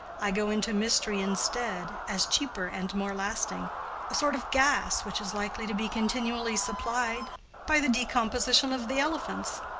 i go into mystery instead, as cheaper and more lasting a sort of gas which is likely to be continually supplied by the decomposition of the elephants.